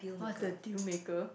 what's the deal maker